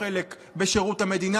פרות קדושות?